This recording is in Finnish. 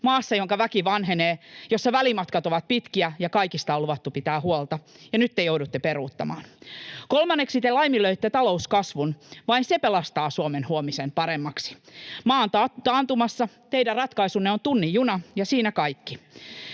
maassa, jonka väki vanhenee ja jossa välimatkat ovat pitkiä ja kaikista on luvattu pitää huolta, ja nyt te joudutte peruuttamaan. Kolmanneksi te laiminlöitte talouskasvun. Vain se pelastaa Suomen huomisen paremmaksi. Maa on taantumassa, teidän ratkaisunne on tunnin juna, ja siinä kaikki.